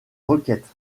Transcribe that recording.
requêtes